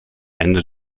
ende